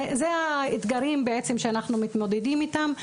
זה האתגרים בעצם שאנחנו מתמודדים איתם.